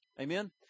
Amen